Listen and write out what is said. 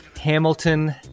Hamilton